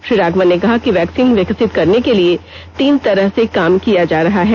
श्री राघवन ने कहा कि वैक्सीन विकसित करने के लिए तीन तरह से काम किया जा रहा है